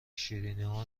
شیرینیا